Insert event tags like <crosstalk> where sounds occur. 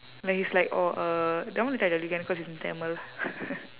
like it's like oh uh tamil you can tell because it's in tamil <laughs>